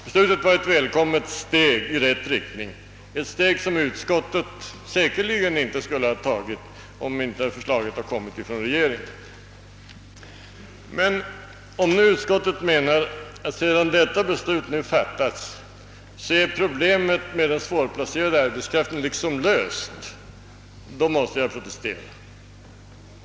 Beslutet var ett välkommet steg i rätt riktning, ett steg som utskottet säkerligen inte skulle ha tagit om inte förslaget kommit från regeringen. Om nu utskottet menar att, sedan detta beslut nu fattats, problemet med den svårplacerade arbeskraften är löst, måste jag protestera.